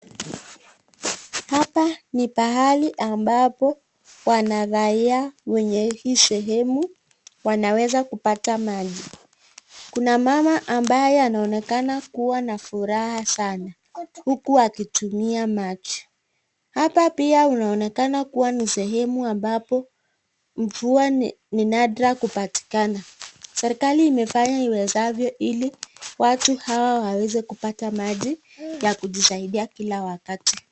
Hapa ni pahali ambapo wana raia wenye hii sehemu wanaweza kupata maji. Kuna mama ambaye anaonekana kuwa na furaha sana huku akitumia maji. Hapa pia inaonekana kuwa ni sehemu ambapo mvua ni nadra kupatikana. Serikali imefanya iwezavyo ili watu hawa waweze kupata maji ya kujisaidia kila wakati.